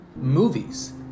movies